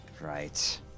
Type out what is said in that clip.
Right